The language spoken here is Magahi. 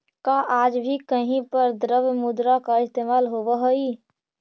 का आज भी कहीं पर द्रव्य मुद्रा का इस्तेमाल होवअ हई?